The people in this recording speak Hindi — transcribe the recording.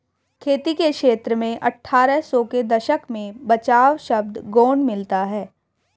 खेती के क्षेत्र में अट्ठारह सौ के दशक में बचाव शब्द गौण मिलता है